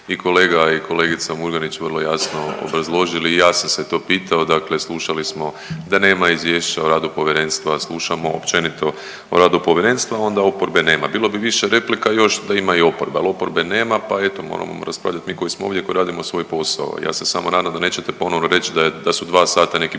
i kolega i kolegica Murganić vrlo jasno obrazložili, i ja sam se to pitao, dakle slušali smo da nema izvješća o radu Povjerenstva, slušamo općenito o radu Povjerenstva, onda oporbe nema. Bilo bi više replika još da ima i oporbe, ali oporbe nema pa eto, moramo raspravljati mi koji smo ovdje i koji radimo svoj posao, ja se samo nadam da nećete ponovno reći da su 2 sata neki